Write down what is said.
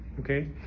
Okay